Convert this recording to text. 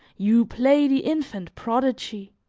you play the infant prodigy,